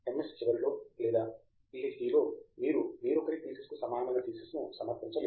yes చివరిలో లేదా పీహెచ్డీలో మీరు వేరొకరి థీసిస్కు సమానమైన థీసిస్ను సమర్పించలేరు